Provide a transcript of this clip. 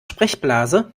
sprechblase